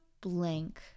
blank